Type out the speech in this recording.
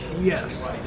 Yes